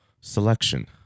selection